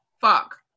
Fuck